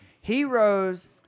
Heroes